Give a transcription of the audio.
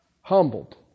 humbled